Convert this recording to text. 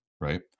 right